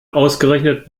ausgerechnet